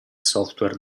software